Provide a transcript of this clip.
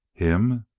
him?